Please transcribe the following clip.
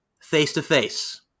face-to-face